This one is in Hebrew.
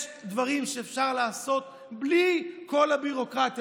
יש דברים שאפשר לעשות בלי כל הביורוקרטיה.